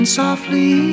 softly